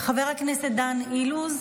חבר הכנסת דן אילוז,